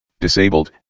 disabled